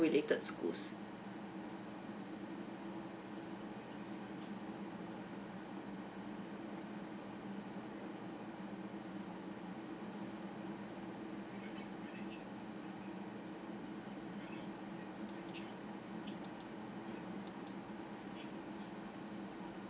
related schools